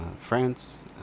France